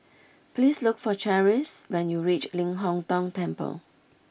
please look for Charisse when you reach Ling Hong Tong Temple